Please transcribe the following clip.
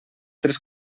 tres